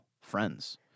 friends